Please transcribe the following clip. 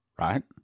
right